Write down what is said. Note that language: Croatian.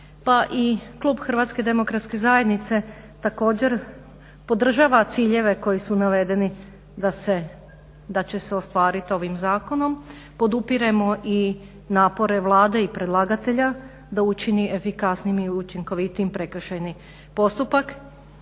Pa i klub HDZ-a također podržava ciljeve koji su navedeni da se, da će se ostvarit ovim zakonom, podupiremo i napore Vlade i predlagatelja da učini efikasnijim i učinkovitijim prekršajni postupak.